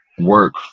work